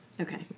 Okay